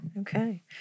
Okay